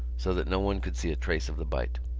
so that no one could see a trace of the bite.